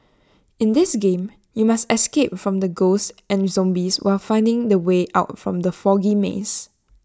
in this game you must escape from ghosts and zombies while finding the way out from the foggy maze